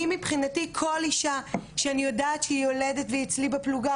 אני מבחינתי כל אישה שאני יודעת שהיא יולדת והיא אצלי בפלוגה,